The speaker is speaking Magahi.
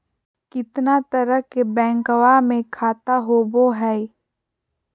कितना तरह के बैंकवा में खाता होव हई?